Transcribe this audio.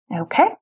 Okay